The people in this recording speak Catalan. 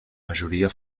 majoria